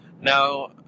Now